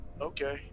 Okay